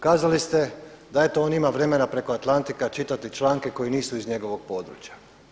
Kazali ste da eto on ima vremena preko Atlantika čitati članke koji nisu iz njegovog područja.